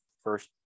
first